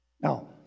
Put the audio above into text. Now